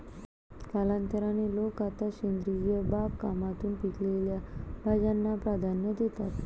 कालांतराने, लोक आता सेंद्रिय बागकामातून पिकवलेल्या भाज्यांना प्राधान्य देतात